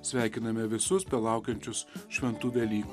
sveikiname visus belaukiančius šventų velykų